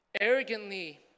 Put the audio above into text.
arrogantly